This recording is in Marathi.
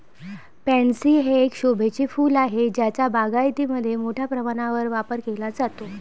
पॅन्सी हे एक शोभेचे फूल आहे ज्याचा बागायतीमध्ये मोठ्या प्रमाणावर वापर केला जातो